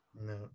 No